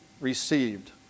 received